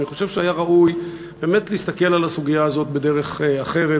אני חושב שהיה ראוי באמת להסתכל על הסוגיה הזאת בדרך אחרת,